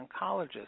oncologist